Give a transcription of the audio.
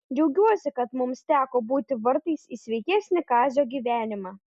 džiaugiuosi kad mums teko būti vartais į sveikesnį kazio gyvenimą